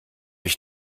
ich